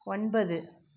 ஒன்பது